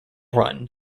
run